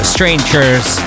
Strangers